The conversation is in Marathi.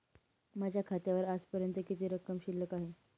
माझ्या खात्यावर आजपर्यंत किती रक्कम शिल्लक आहे?